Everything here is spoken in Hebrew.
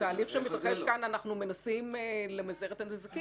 בתהליך שמתרחש כאן אנחנו מנסים למזער את הנזקים.